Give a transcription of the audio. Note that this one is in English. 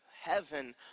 heaven